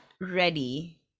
ready